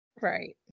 Right